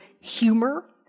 humor